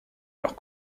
leur